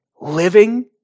Living